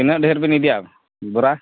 ᱛᱤᱱᱟᱹᱜ ᱰᱷᱮᱹᱨ ᱵᱤᱱ ᱤᱫᱤᱭᱟ ᱵᱚᱨᱟ